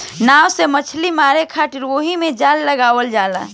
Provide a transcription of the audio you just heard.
नाव से मछली मारे खातिर ओहिमे जाल लगावल जाला